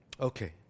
Okay